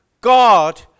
God